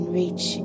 reach